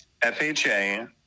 FHA